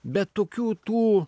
bet tokių tų